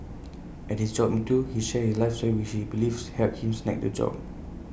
at his job interview he shared his life story which he believes helped him snag the job